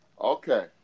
Okay